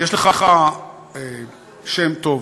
יש לך שם טוב,